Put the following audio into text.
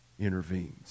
intervenes